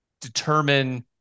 determine